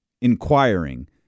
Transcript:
inquiring